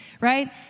Right